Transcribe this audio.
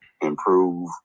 improve